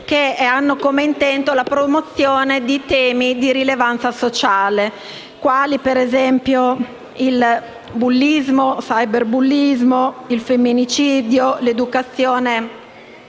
che hanno come intento la promozione di temi di rilevanza sociale quali ad esempio il bullismo, il cyberbullismo, il femminicidio, l’educazione